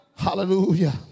Hallelujah